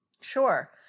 Sure